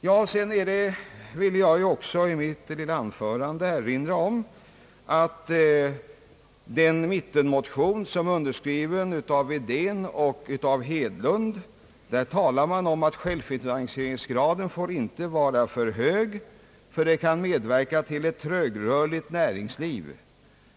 Jag ville också i mitt tidigare anförande erinra om att den mittenmotion, som är underskriven av herrar partiledare Wedén och Hedlund, nämner att självfinansieringsgraden inte får vara för hög, ty det kan medverka till ett trögrörligt näringsliv.